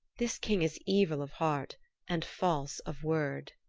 this king is evil of heart and false of word.